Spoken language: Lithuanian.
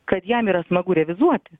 kad jam yra smagu revizuot